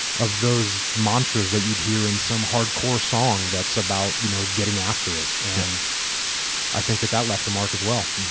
of those mantras that you'd hear in some hardcore song that's about you know getting after it. and i think that that left a mark, as well.